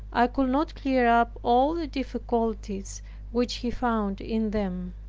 i could not clear up all the difficulties which he found in them.